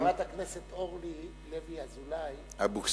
לא, כי חברת הכנסת אורלי לוי אבקסיס,